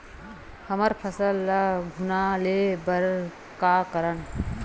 हमर फसल ल घुना ले बर का करन?